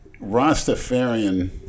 Rastafarian